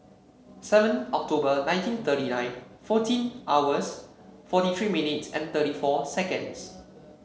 seven October nineteen thirty nine fourteen hours forty three minutes and thirty four seconds